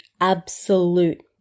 absolute